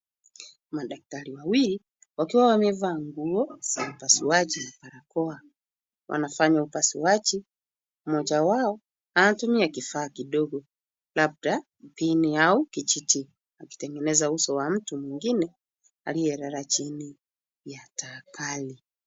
Madaktari wawili wakiwa wamevaa nguo za upasuaji na barakoa wanafanya upasuaji. Mmoja wao anatumia kifaa kidogo labda pini au kijiti akitengeneza uso wa mtu mwingine aliyelala chini ya taa hayo.